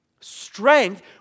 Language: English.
Strength